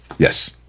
Yes